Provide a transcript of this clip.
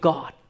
God